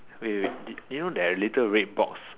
wait wait wait you know there are little red box